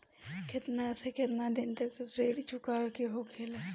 केतना से केतना दिन तक ऋण चुकावे के होखेला?